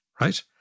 right